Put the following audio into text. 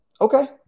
Okay